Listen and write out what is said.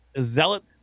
zealot